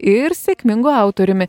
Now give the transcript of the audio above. ir sėkmingu autoriumi